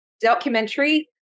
documentary